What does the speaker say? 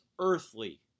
earthly